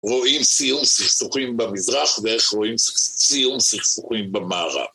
רואים סיום סכסוכים במזרח, ואיך רואים סיום סכסוכים במערב.